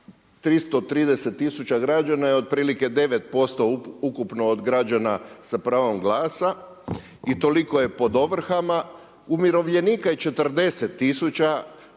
330 tisuća građana je otprilike 9% ukupno od građana sa pravom glasa i toliko je pod ovrhama. Umirovljenika je 40000